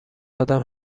آدم